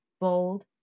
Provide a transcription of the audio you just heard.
bold